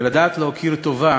ולדעת להכיר טובה